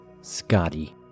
Scotty